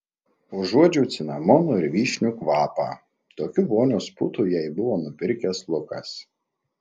užuodžiau cinamono ir vyšnių kvapą tokių vonios putų jai buvo nupirkęs lukas